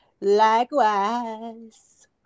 Likewise